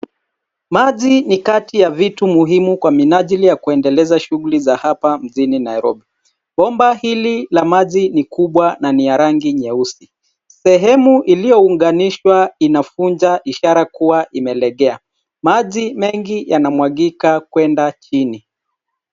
Maji ni kati ya vitu muhimu Kwa minajili ya kuendeleza shughuli za hapa mjini Nairobi. Bomba hili la maji ni kubwa na ni rangi nyeusi ,sehemu iliyounganishwa inavuja ishara kuwa imelegea ,maji mengi yanamwagika kwenda chini.